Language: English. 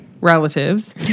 Relatives